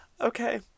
Okay